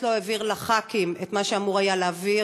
לא העביר לחברי הכנסת את מה שאמור היה להעביר,